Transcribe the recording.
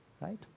Right